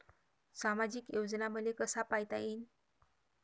सामाजिक योजना मले कसा पायता येईन?